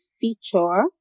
feature